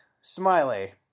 Smiley